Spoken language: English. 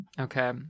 Okay